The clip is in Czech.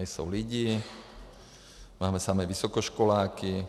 Nejsou lidi, máme samé vysokoškoláky.